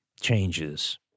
changes